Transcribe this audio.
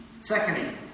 Secondly